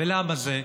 למה זה?